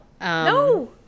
no